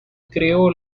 creó